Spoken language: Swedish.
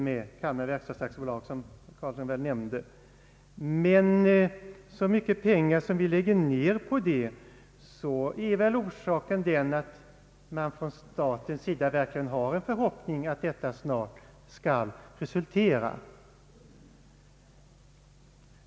Orsaken till att staten lägger ned mycket pengar på detta projekt är väl att staten verkligen hoppas att det skall ge resultat.